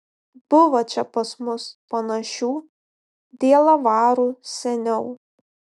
buvo čia pas mus panašių dielavarų seniau